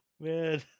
Man